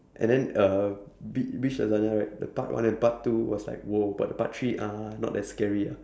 and then uh bi~ bitch lasagna right the part one and part two was like !whoa! but part three ah not that scary ah